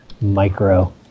micro